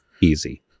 easy